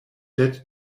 led